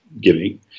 giving